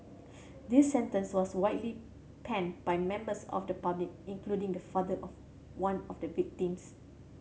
this sentence was widely panned by members of the public including the father of one of the victims